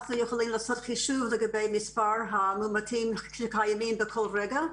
אנחנו יכולים לעשות חישוב לגבי מספר המאומתים שקיימים בכל רגע.